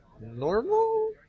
normal